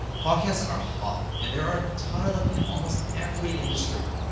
podcasts are hot and there are a ton of them in almost every industry.